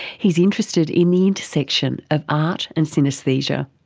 he's interested in the intersection of art and synaesthesia.